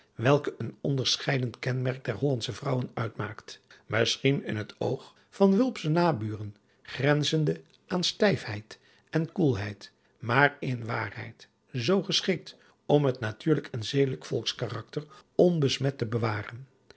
welke een onderscheidend kenmerk der hollandsche vrouwen uitmaakt misschien in het oog van wulpsche naburen adriaan loosjes pzn het leven van hillegonda buisman grenzende aan stijf heid en koelheid maar in waarheid zoo geschikt om het natuurlijk en zedelijk volkskarakter onbesmet te bewaren